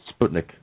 Sputnik